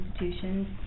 institutions